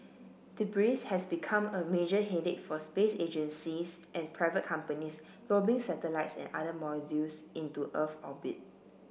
debris has become a major headache for space agencies and private companies lobbing satellites and other modules into Earth orbit